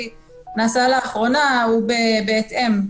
היא בהתאם.